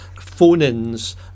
phone-ins